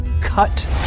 cut